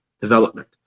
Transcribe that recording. development